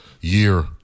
year